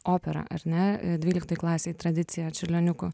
opera ar ne e dvyliktoj klasėj tradicija čiurlioniukų